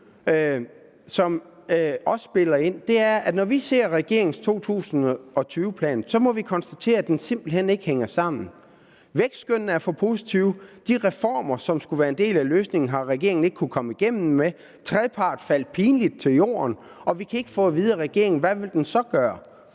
ser på regeringens 2020-plan, konstaterer vi, at den simpelt hen ikke hænger sammen. Vækstskønnet er for positivt og de reformer, som skulle være en del af løsningen, har regeringen ikke kunnet komme igennem med. Trepartsforhandlingerne faldt pinligt til jorden, og vi kan ikke få at vide af regeringen, hvad den